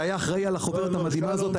שהיה אחראי על החוברת המדהימה הזאת,